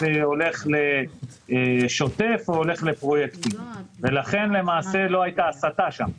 הולך לשוטף או לפרויקטים ולכן למעשה לא הייתה הסטה שם.